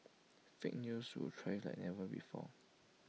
fake news will thrive like never before